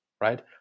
right